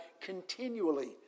continually